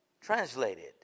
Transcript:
translated